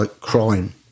crime